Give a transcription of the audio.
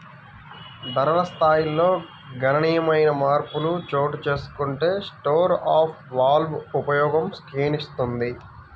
ధరల స్థాయిల్లో గణనీయమైన మార్పులు చోటుచేసుకుంటే స్టోర్ ఆఫ్ వాల్వ్ ఉపయోగం క్షీణిస్తుంది